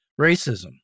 racism